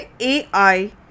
AI